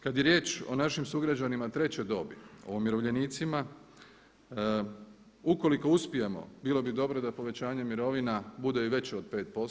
Kad je riječ o našim sugrađanima treće dobi, o umirovljenicima ukoliko uspijemo bilo bi dobro da povećanjem mirovina bude i veće od 5%